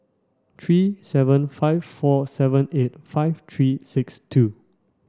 three seven five four seven eight five three six two